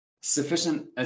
sufficient